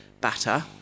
batter